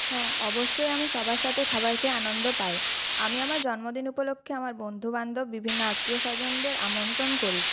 হ্যাঁ অবশ্যই আমি সবার সাথে খাবার খেয়ে আনন্দ পাই আমি আমার জন্মদিন উপলক্ষে আমার বন্ধুবান্ধব বিভিন্ন আত্মীয় স্বজনদের আমন্ত্রণ করি